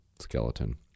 skeleton